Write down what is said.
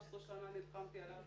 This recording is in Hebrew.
13 שנה נלחמתי עליו,